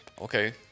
okay